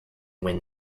win